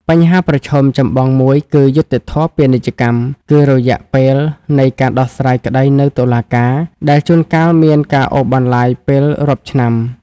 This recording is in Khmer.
បញ្ហាប្រឈមចម្បងមួយនៃយុត្តិធម៌ពាណិជ្ជកម្ម គឺរយៈពេលនៃការដោះស្រាយក្ដីនៅតុលាការ ដែលជួនកាលមានការអូសបន្លាយពេលរាប់ឆ្នាំ។